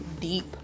deep